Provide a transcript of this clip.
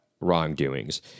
wrongdoings